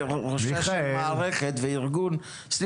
אני אומר לך כראשה של מערכת וארגון.